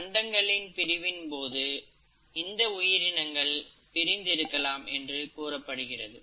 கண்டங்களின் பிரிவின் போது இந்த உயிரினங்கள் பிரிந்து இருக்கலாம் என்று கூறப்படுகிறது